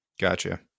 Gotcha